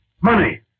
Money